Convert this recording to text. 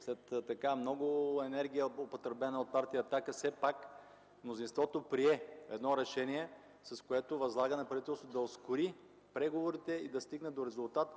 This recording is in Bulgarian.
след много енергия, употребена от Партия „Атака”, все пак мнозинството прие едно решение, с което възлага на правителството да ускори преговорите и да стигне до резултат